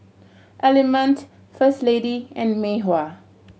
Element First Lady and Mei Hua